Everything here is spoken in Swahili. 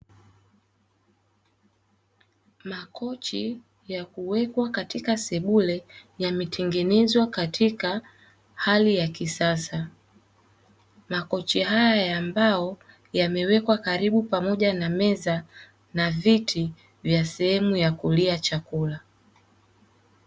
Makochi ya kuwekwa katika sebule yametengenezwa katika hali ya kisasa makochi haya ya mbao, yamewekwa karibu pamoja na meza na viti vya sehemu ya kulia chakula.